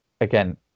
again